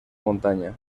montaña